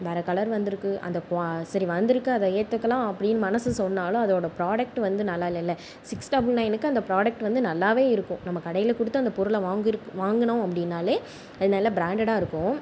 வேறு கலர் வந்துருக்கு அந்த குவா சரி வந்துருக்கு அதை ஏற்றுக்கலாம் அப்படினு மனசு சொன்னாலும் அதோட ப்ராடக்ட் வந்து நல்லா இல்லல சிக்ஸ் டபுள் நைன்க்கு அந்த ப்ராடக்ட் வந்து நல்லாவே இருக்கும் நம்ம கடையிலக் கொடுத்து அந்தப் பொருளை வாங்கிருக் வாங்கினோம் அப்படினாலே அது நல்லா பிராண்டடாக இருக்கும்